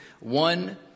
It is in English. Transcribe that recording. one